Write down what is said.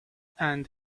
and